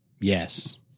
Yes